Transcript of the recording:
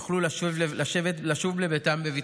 יוכלו לשוב לביתם בבטחה,